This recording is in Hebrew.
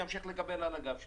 על הגב שלו.